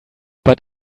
but